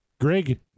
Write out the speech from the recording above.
Greg